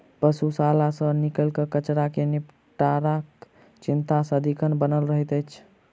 पशुशाला सॅ निकलल कचड़ा के निपटाराक चिंता सदिखन बनल रहैत छै